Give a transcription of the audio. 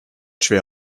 schwer